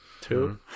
Two